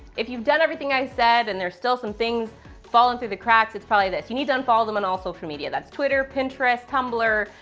if you've done everything i said, and there's still some things fallen through the cracks, it's probably this. you need to unfollow them on all social media, that's twitter, pinterest, tumblr,